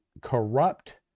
corrupt